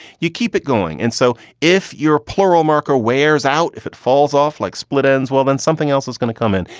you keep it going. and so if you're a plural marker wears out, if it falls off like split ends, well, then something else is going to come in.